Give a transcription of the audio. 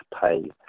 pay